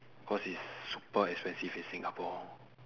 cause it's super expensive in singapore